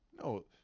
No